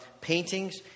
paintings